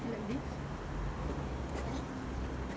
okay like this